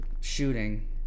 shooting